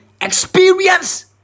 experience